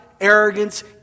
arrogance